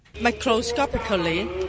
Microscopically